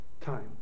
time